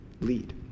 Lead